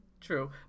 True